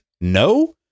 no